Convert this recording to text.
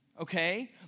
Okay